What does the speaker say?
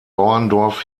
bauerndorf